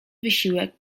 wysiłek